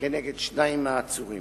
כנגד שניים מהעצורים.